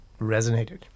resonated